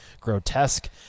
grotesque